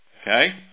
Okay